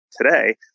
today